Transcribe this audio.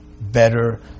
better